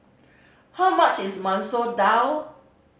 how much is Masoor Dal